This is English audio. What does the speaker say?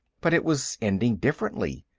but it was ending differently.